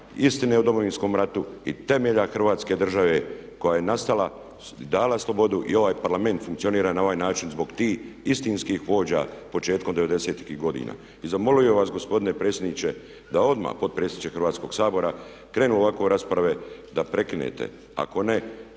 istine o Domovinskom ratu i temelja Hrvatske države koja je nastala dala slobodu i ovaj Parlament funkcionira na ovaj način zbog tih istinskih vođa početkom '90.-ih godina. I zamolio bih vas gospodine predsjedniče da odmah, potpredsjedniče Hrvatskoga sabora, kada krenu ovakve rasprave da prekinete. Ako ne